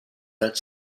that